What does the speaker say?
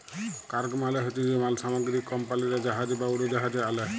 cargo মালে হছে যে মাল সামগ্রী কমপালিরা জাহাজে বা উড়োজাহাজে আলে